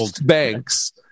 banks